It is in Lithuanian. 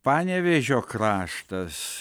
panevėžio kraštas